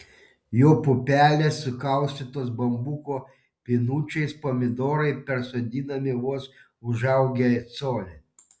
jo pupelės sukaustytos bambuko pinučiais pomidorai persodinami vos užaugę colį